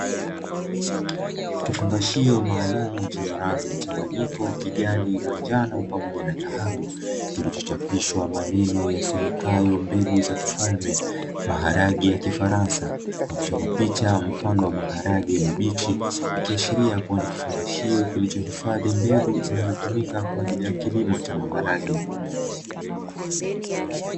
Kifungashio maalumu chenye rangi mchanganyiko kijani, manjano pamoja na dhahabu kilichochapishwa maneno yasomekayo mbegu za kifalme, maharage ya kifaransa na kuchorwa picha mfano wa maharage mabichi, ikiashiria kuwa ni kifungashio kulichohifadhi mbegu zinazotumika kwa ajili ya kilomo cha maharage.